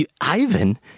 Ivan